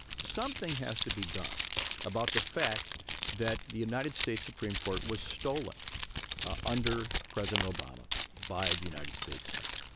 something has to be done about the fact that the united states supreme court was stolen ah under president obama by the united states senate.